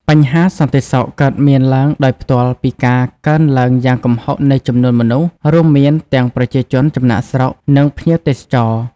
បញ្ហាសន្តិសុខ កើតមានឡើងដោយផ្ទាល់ពីការកើនឡើងយ៉ាងគំហុកនៃចំនួនមនុស្ស រួមមានទាំងប្រជាជនចំណាកស្រុក និងភ្ញៀវទេសចរ។